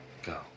Go